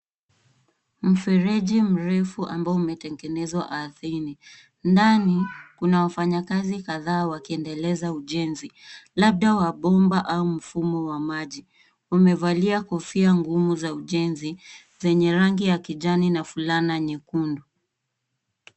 Mfereji mrefu ambao umetengenezwa ardhini, ndani kuna wafanyakazi kadhaa wakiendeleza ujenzi, labda wa bomba au mfumo wa maji. Wamevalia kofia ngumu za ujenzi zenye rangi ya kijani na fulana jekundu.